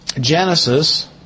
Genesis